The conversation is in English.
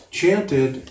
chanted